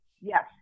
Yes